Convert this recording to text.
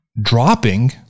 dropping